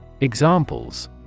Examples